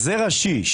זה ראשי.